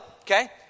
okay